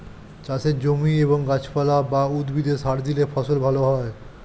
চাষের জমি এবং গাছপালা বা উদ্ভিদে সার দিলে ফসল ভালো হয়